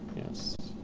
yes.